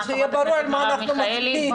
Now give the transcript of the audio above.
חברת הכנסת מרב מיכאלי,